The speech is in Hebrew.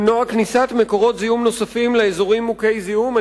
למנוע כניסת מקורות זיהום נוספים לאזורים מוכי זיהום.